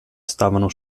stavano